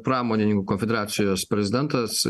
pramonininkų konfederacijos prezidentas